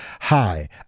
Hi